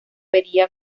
vería